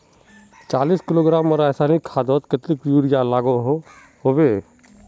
चालीस किलोग्राम रासायनिक खादोत कतेरी यूरिया लागोहो होबे?